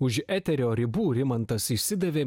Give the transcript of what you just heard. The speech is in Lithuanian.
už eterio ribų rimantas išsidavė